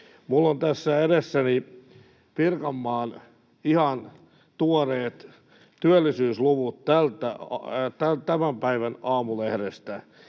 minulla on tässä edessäni Pirkanmaan ihan tuoreet työllisyysluvut tämän päivän Aamulehdestä.